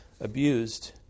abused